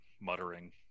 muttering